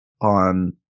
on